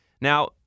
Now